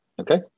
Okay